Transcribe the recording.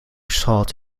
sought